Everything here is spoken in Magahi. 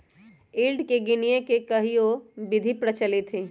यील्ड के गीनेए के कयहो विधि प्रचलित हइ